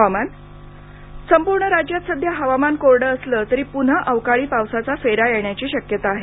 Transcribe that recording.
हवामान संपूर्ण राज्यात सध्या हवामान कोरडं असलं तरी पुन्हा अवकाळी पावसाचा फेरा येण्याची शक्यता आहे